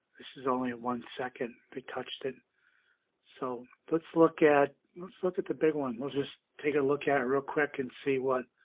this is only and one second they touched it so let's look at let's look at the big one we'll just take a look at it real quick and see what